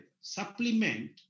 supplement